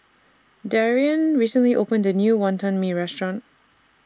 Darrien recently opened A New Wantan Mee Restaurant